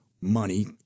money